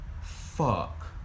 fuck